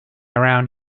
around